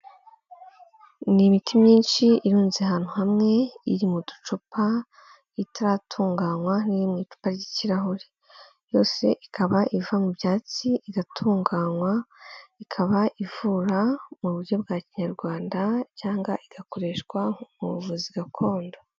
Ni imiti myinshi irunze ahantu hamwe, iri mu ducupa itaratunganywa n'iri mu icupa ry'ikirahure. Yose ikaba iva mu byatsi igatunganywa, ikaba ivura mu buryo bwa kinyarwanda cyangwa igakoreshwa mu buvuzi gakondo.